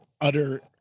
utter